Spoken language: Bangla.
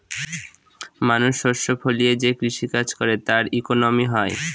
মানুষ শস্য ফলিয়ে যে কৃষি কাজ করে তার ইকোনমি হয়